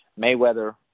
Mayweather